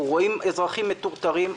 אנחנו רואים אזרחים מטורטרים,